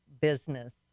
business